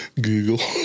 Google